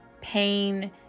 pain